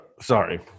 sorry